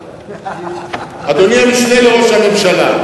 אדוני המשנה לראש הממשלה,